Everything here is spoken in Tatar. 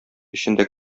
эчендә